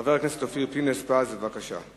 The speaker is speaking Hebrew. חבר הכנסת אופיר פינס-פז, בבקשה.